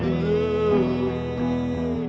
the